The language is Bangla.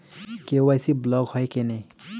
কে.ওয়াই.সি ব্লক হয় কেনে?